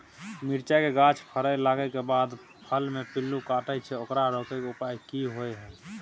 मिरचाय के गाछ फरय लागे के बाद फल में पिल्लू काटे छै ओकरा रोके के उपाय कि होय है?